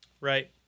Right